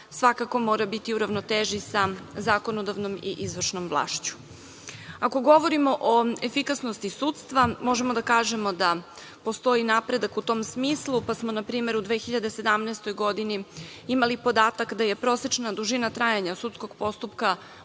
svakako mora biti u ravnoteži sa zakonodavnom i izvršnom vlašću. Ako govorimo o efikasnosti sudstva, možemo da kažemo da postoji napredak u tom smislu, pa smo na primer u 2017. godini imali podatak da je prosečna dužina trajanja sudskog postupka